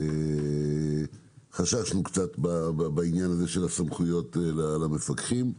חששנו בעניין של הסמכויות למפקחים.